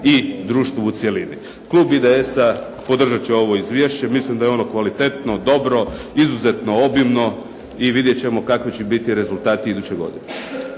i društvu u cjelini. Klub IDS-a podržat će ovo izvješće, mislim da je ono kvalitetno, dobro, izuzetno obimno i vidjet ćemo kakvi će biti rezultati iduće godine.